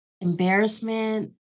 embarrassment